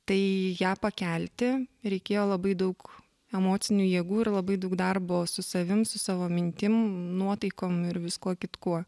tai ją pakelti reikėjo labai daug emocinių jėgų ir labai daug darbo su savim su savo mintim nuotaikom ir viskuo kitkuo